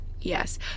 yes